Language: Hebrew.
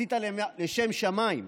עשית לשם שמיים.